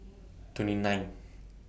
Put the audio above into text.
twenty nine